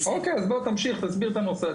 אוקי, אז תסביר את הנושא.